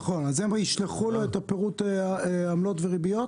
נכון, אז הם ישלחו לו את פירוט העמלות והריביות?